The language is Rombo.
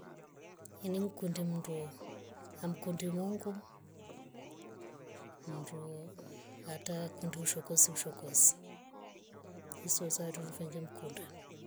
Ini nkunde mndwe amkunde mungu. mndwo ata kundi ushokozi ushokozi isosaya turimvinge nkunda.